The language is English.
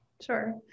Sure